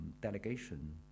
delegation